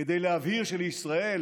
כדי להבהיר שבישראל,